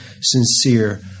sincere